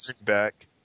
back